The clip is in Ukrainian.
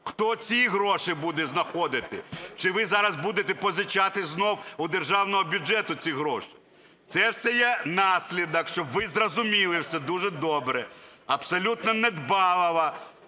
Хто ці гроші буде знаходити? Чи ви зараз будете позичати знов у державного бюджету ці гроші? Це все є наслідок, щоб ви зрозуміли все дуже добре, абсолютно недбалого